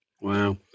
Wow